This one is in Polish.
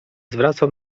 zwracał